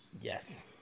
Yes